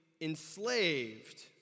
enslaved